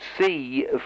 see